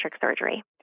surgery